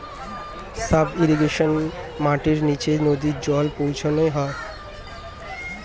sub irrigation মাটির নিচে নদী জল পৌঁছানো হয়